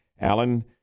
Alan